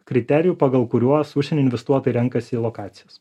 kriterijų pagal kuriuos užsienio investuotojai renkasi lokacijas